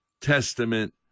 Testament